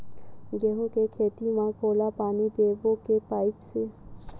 गेहूं के खेती म घोला पानी देबो के पाइप से?